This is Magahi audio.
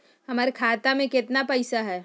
हमर खाता मे केतना पैसा हई?